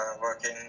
working